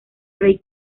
rey